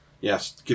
Yes